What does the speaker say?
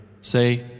Say